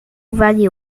vale